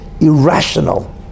irrational